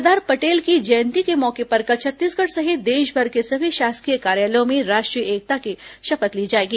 सरदार पटेल की जयंती के मौके पर कल छत्तीसगढ़ सहित देशभर के सभी शासकीय कार्यालयों में राष्ट्रीय एकता की शपथ ली जाएगी